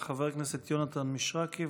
חבר הכנסת יונתן מישרקי,